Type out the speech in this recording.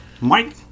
Mike